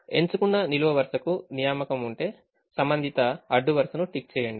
ఎంచుకున్న నిలువు వరుసకు నియామక ఉంటే సంబంధిత అడ్డు వరుసను టిక్ చేయండి